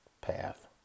path